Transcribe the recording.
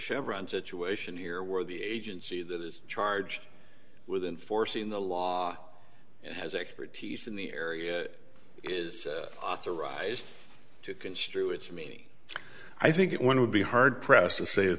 chevron situation here where the agency that is charged with enforcing the law has expertise in the area is authorized to construe it to me i think one would be hard pressed to say that